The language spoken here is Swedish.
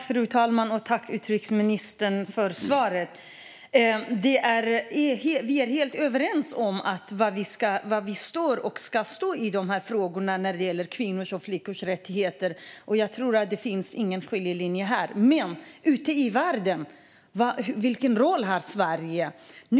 Fru talman! Tack, utrikesministern, för svaret! Vi är helt överens om var vi står och ska stå i dessa frågor när det gäller kvinnors och flickors rättigheter. Jag tror inte att det finns någon skiljelinje här, men vilken roll har Sverige ute i världen?